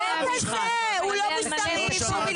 כשלא משנה אם המתנה